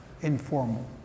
informal